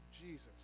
Jesus